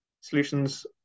solutions